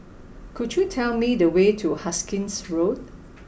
could you tell me the way to Hastings Road